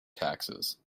taxes